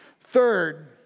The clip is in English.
Third